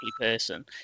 person